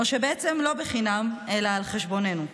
או שבעצם לא בחינם אלא על חשבוננו,